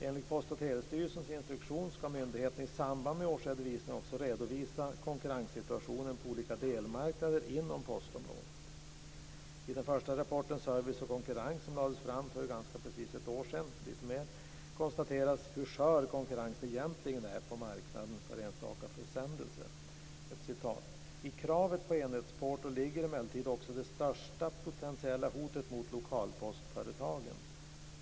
Enligt Post och telestyrelsens instruktion skall myndigheten i samband med årsredovisningen också redovisa konkurrenssituationen på olika delmarknader inom postområdet. I den första rapporten, Service och konkurrens, som lades fram för lite mer än ett år sedan, konstateras hur skör konkurrensen egentligen är på marknaden för enstaka försändelser: "I kravet på enhetsporto ligger emellertid också det största potentiella hotet mot lokalpostföretagen.